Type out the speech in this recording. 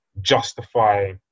justify